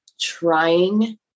trying